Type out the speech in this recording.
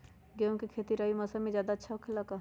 गेंहू के खेती रबी मौसम में ज्यादा होखेला का?